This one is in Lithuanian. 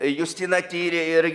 justina tyrė ir